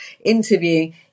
interviewing